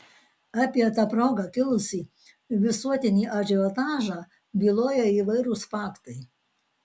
apie ta proga kilusį visuotinį ažiotažą byloja įvairūs faktai